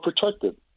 protected